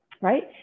right